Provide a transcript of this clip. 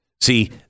See